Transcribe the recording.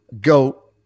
goat